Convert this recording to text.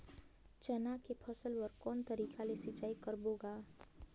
चना के फसल बर कोन तरीका ले सिंचाई करबो गा?